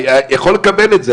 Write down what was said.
אני יכול לקבל את זה.